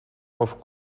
off